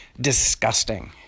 Disgusting